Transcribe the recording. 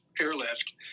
airlift